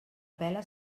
pela